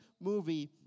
movie